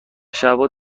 شبا